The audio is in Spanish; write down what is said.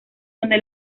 donde